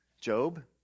Job